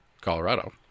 colorado